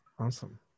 Awesome